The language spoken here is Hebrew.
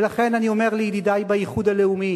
ולכן אני אומר לידידי באיחוד הלאומי